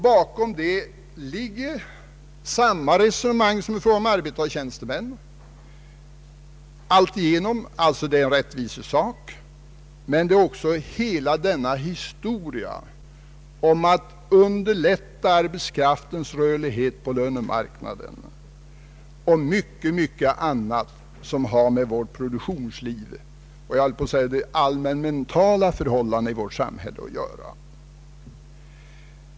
Bakom detta ligger samma resonemang som i fråga om arbetare—tjänstemän, nämligen att det är ett rättvisekrav men också en fråga om att underlätta arbetskraftens rörlighet på lönemarknaden och många andra ting som har med vårt produktionsliv och de allmänmentala förhållandena i vårt samhälle att göra.